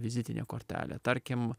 vizitinę kortelę tarkim